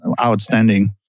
outstanding